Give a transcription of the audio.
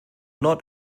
not